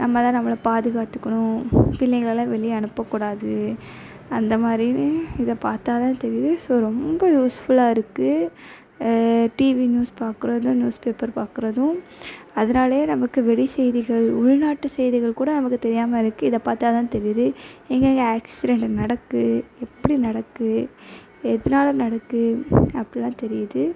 நம்ம தான் நம்மளை பாதுகாத்துக்கணும் பிள்ளைகளெலாம் வெளியே அனுப்பக்கூடாது அந்த மாதிரியுமே இதை பார்த்தா தான் தெரியுது ஸோ ரொம்ப யூஸ்ஃபுல்லாக இருக்குது டிவி நியூஸ் பார்க்கிறதும் நியூஸ் பேப்பர் பார்க்கறதும் அதனாலையே நமக்கு வெளி செய்திகள் உள்நாட்டு செய்திகள் கூட நமக்கு தெரியாமல் இருக்குது இதை பார்த்தா தான் தெரியுது எங்கெங்க ஆக்சிடென்ட் நடக்குது எப்படி நடக்குது எதனால நடக்குது அப்பிடில்லாம் தெரியுது